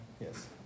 Yes